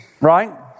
right